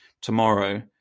tomorrow